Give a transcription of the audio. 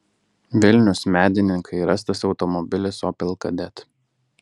vilnius medininkai rastas automobilis opel kadett